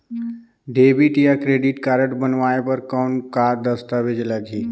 Debit या credit card बनवाय बर कौन का दस्तावेज लगही?